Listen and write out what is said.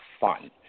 fun